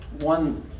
one